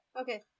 Okay